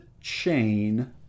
chain